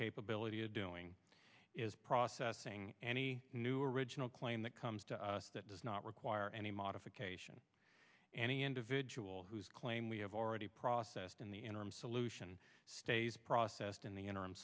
capability of doing is processing any new original claim that comes to us that does not require any modification any individual whose claim we have already processed in the interim solution stays processed in the interim